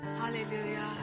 Hallelujah